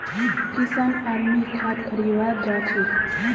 किशन आर मी खाद खरीवा जा छी